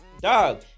dog